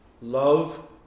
Love